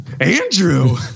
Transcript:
Andrew